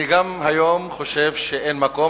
אני גם היום חושב שאין מקום,